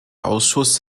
ausschuss